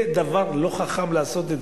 זה דבר לא חכם לעשות,